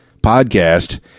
podcast